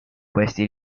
questi